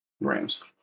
Rams